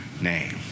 Name